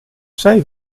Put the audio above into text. zij